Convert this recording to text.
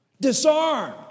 Disarmed